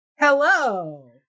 Hello